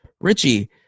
Richie